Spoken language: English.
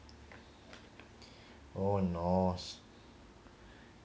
oh nos